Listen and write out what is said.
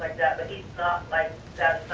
like that. but he's not like that,